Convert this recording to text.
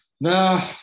No